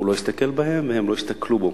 הוא לא הסתכל בהם והם לא הסתכלו בו,